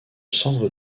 centre